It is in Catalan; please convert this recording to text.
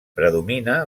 predomina